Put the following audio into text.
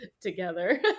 together